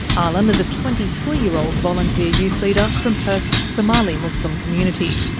alim is a twenty three year old volunteer youth leader from perth's somali muslim community.